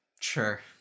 sure